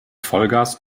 vollgas